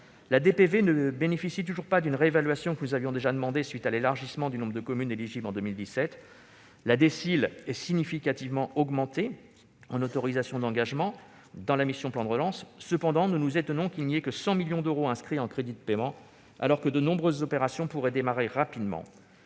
La DPV ne bénéficie toujours pas d'une réévaluation que nous avions déjà réclamée à la suite de l'élargissement du nombre de communes éligibles en 2017. La DSIL est significativement augmentée en autorisations d'engagement dans la mission « Plan de relance ». Cependant, nous nous étonnons qu'il n'y ait que 100 millions d'euros inscrits en crédits de paiement, alors que de nombreuses opérations pourraient démarrer rapidement.